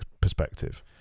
perspective